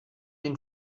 den